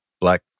black